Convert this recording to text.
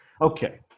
Okay